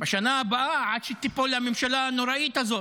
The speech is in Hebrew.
בשנה הבאה, עד שתיפול הממשלה הנוראית הזאת,